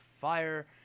fire